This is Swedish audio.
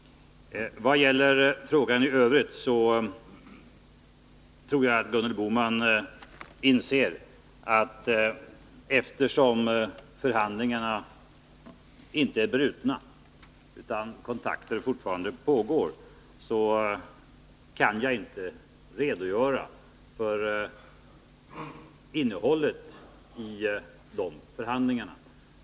Vad gäller frågan i övrigt tror jag att Gunhild Bolander inser att jag, eftersom förhandlingarna inte är brutna utan kontakter fortfarande pågår, inte kan redogöra för innehållet i de förhandlingarna.